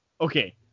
Okay